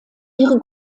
ihre